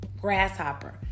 Grasshopper